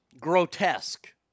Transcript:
grotesque